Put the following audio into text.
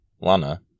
Lana